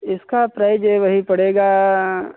इसका प्राइज है वही पड़ेगा